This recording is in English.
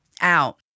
out